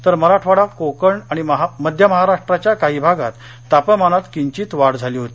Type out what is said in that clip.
तर मराठवाडा कोकण आणि मध्यमहाराष्ट्राच्या काही भागात तापमानात किंचीत वाढ झाली होती